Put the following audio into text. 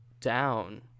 down